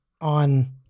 on